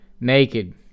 Naked